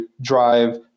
drive